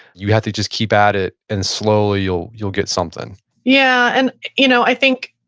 you have to just keep at it and slowly you'll you'll get something yeah. and you know i think